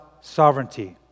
sovereignty